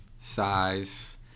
size